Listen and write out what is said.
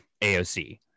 aoc